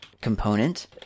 component